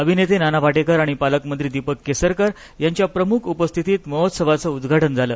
अभिनेते नाना पाटेकर आणि पालकमंत्री दीपक केसरकर यांच्या प्रमुख उपस्थितीत महोत्सवाच उद्दाटन झालं